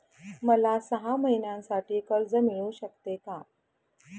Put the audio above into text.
मला सहा महिन्यांसाठी कर्ज मिळू शकते का?